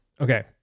Okay